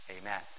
Amen